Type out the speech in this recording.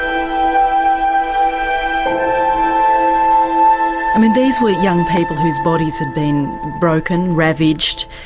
i mean these were young people whose bodies had been broken, ravaged,